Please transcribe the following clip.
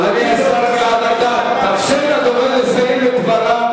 אדוני השר גלעד ארדן, אפשר לדובר לסיים את דבריו.